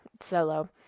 solo